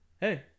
hey